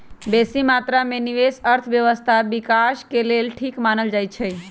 बेशी मत्रा में निवेश अर्थव्यवस्था विकास के लेल ठीक मानल जाइ छइ